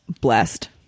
blessed